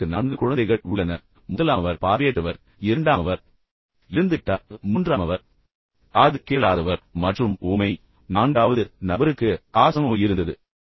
அவர்களுக்கு நான்கு குழந்தைகள் உள்ளனர் முதலாமவர் பார்வையற்றவர் இரண்டாமவர் இறந்து விட்டார் மூன்றாமவர் காது கேளாதவர் மற்றும் ஊமை நான்காவது நபருக்கு காசநோய் இருந்தது